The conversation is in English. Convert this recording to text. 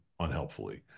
unhelpfully